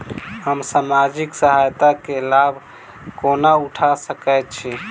हम सामाजिक सहायता केँ लाभ कोना उठा सकै छी?